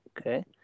Okay